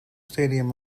stadium